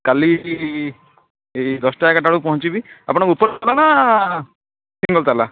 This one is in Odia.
କାଲି ଦଶଟା ଏଗାରଟା ବେଳକୁ ପହଞ୍ଚିବି ଆପଣଙ୍କ ଉପର ତାଲା ନା ତିନି ନମ୍ବର ତାଲା